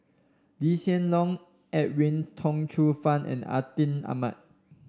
Lee Hsien Loong Edwin Tong Chun Fai and Atin Amat